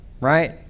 right